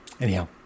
Anyhow